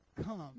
Come